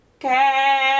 Okay